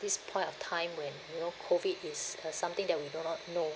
this point of time when you know COVID is uh something that we do not know